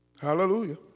Hallelujah